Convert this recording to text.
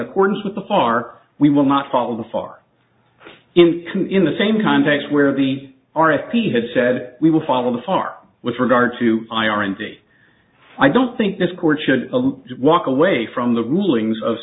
accordance with the bar we will not follow the far in can in the same context where the r f p had said we will follow the far with regard to i r n t i don't think this court should walk away from the rulings of